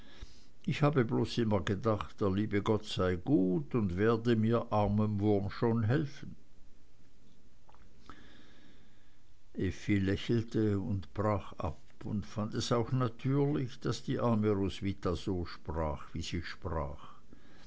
ich habe bloß immer gedacht der liebe gott sei gut und werde mir armem wurm schon helfen effi lächelte und brach ab und fand es auch natürlich daß die arme roswitha so sprach wie sie sprach